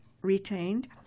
retained